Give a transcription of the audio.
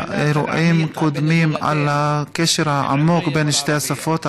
באירועים הקודמים על הקשר העמוק בין שתי השפות,